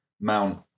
Mount